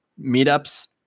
meetups